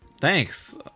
Thanks